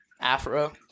afro